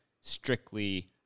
strictly